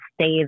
stay